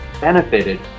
benefited